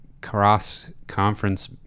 cross-conference